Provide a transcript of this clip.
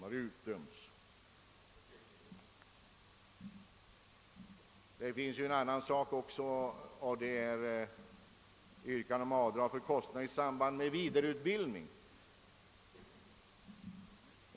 I ett motionspar yrkas att kostnader i samband med vidareutbildning skall vara avdragsgilla vid beskattningen.